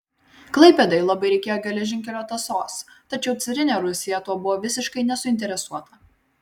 klaipėdai labai reikėjo geležinkelio tąsos tačiau carinė rusija tuo buvo visiškai nesuinteresuota